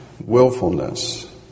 willfulness